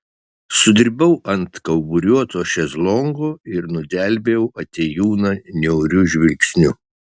sudribau ant kauburiuoto šezlongo ir nudelbiau atėjūną niauriu žvilgsniu